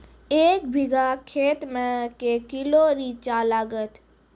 एक बीघा खेत मे के किलो रिचा लागत?